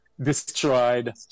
destroyed